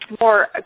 more